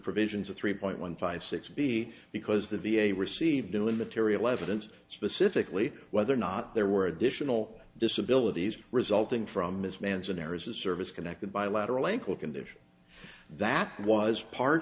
provisions of three point one five six b because the v a received new material evidence specifically whether or not there were additional disabilities resulting from ms manson areas of service connected bilateral ankle condition that was part